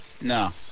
No